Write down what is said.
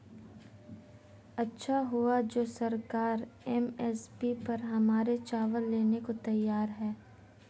अच्छा हुआ जो सरकार एम.एस.पी पर हमारे चावल लेने को तैयार है